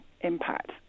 impact